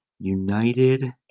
united